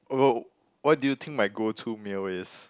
oh what do you think my go to meal is